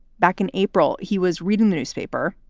back in april, he was reading the newspaper,